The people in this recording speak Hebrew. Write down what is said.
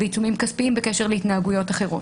ועיצומים כספיים בקשר להתנהגויות אחרות.